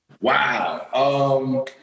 Wow